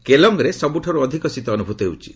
କେଲଙ୍ଗରେ ସବୁଠାରୁ ଅଧିକ ଶୀତ ଅନୁଭୂତ ହେଉଛି